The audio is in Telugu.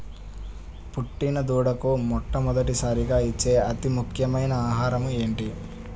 పుట్టిన దూడకు మొట్టమొదటిసారిగా ఇచ్చే అతి ముఖ్యమైన ఆహారము ఏంటి?